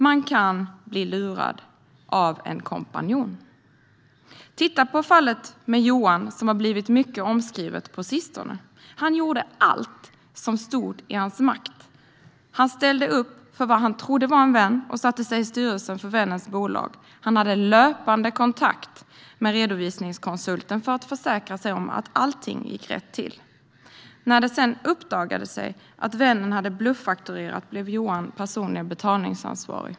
Man kan bli lurad av en kompanjon. Ta fallet med Johan, som har blivit mycket omskrivet på sistone. Han gjorde allt som stod i hans makt. Han ställde upp för vad han trodde var en vän och satte sig i styrelsen för vännens bolag. Han hade löpande kontakt med redovisningskonsulten för att försäkra sig om att allt gick rätt till. När det sedan uppdagades att vännen hade bluffakturerat blev Johan personligen betalningsansvarig.